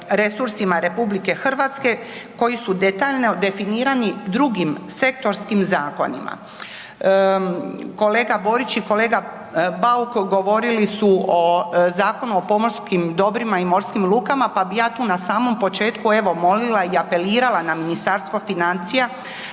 resursima RH koji su detaljno definirani drugim sektorskim zakonima. Kolega Borić i kolega Bauk govorili su o Zakonu o pomorskom dobru i morskim lukama pa bi ja tu na samom početku molila i apelirala na Ministarstvo financija